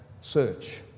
search